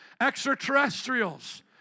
Extraterrestrials